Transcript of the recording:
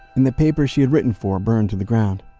and the paper she had written for burned to the ground